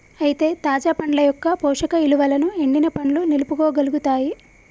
అయితే తాజా పండ్ల యొక్క పోషక ఇలువలను ఎండిన పండ్లు నిలుపుకోగలుగుతాయి